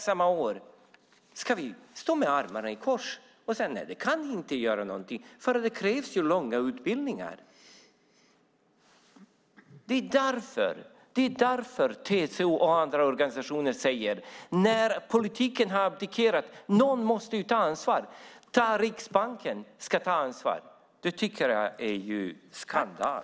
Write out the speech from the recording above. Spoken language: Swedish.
Ska vi stå i armarna i kors och säga: Nej, vi kan inte göra någonting, för det krävs långa utbildningar? Det är därför TCO och andra organisationer säger: När politiken har abdikerat måste någon ta ansvar. Ska Riksbanken ta ansvar? Det tycker jag är skandal!